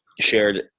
shared